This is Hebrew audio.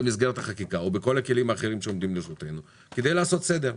במסגרת החקיקה או בכל הכלים האחרים שעומדים לרשותנו כדי לעשות סדר.